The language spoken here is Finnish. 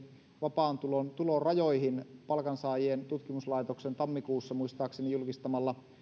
vapaan tulon tulorajoihin palkansaajien tutkimuslaitoksen muistaakseni tammikuussa julkistamassa